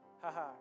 haha